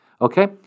Okay